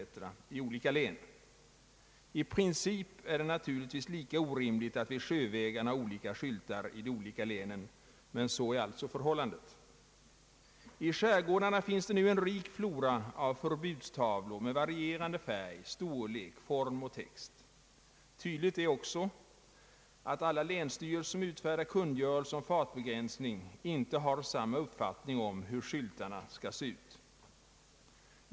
i olika län. I princip är det naturligtvis lika orimligt att ge sjövägarna olika skyltar i de olika länen, men så är alltså förhållandet. I skärgårdarna finns det nu en rik flora av förbudstavlor med varierande färg, storlek, form och text. Tydligt är också att alla länsstyrelser som utfärdar kungörelser om fartbegränsning inte har samma uppfattning om hur skyltarna skall se ut.